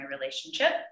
relationship